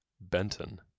Benton